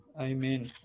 Amen